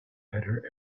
better